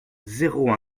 zéro